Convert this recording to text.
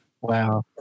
Wow